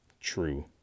true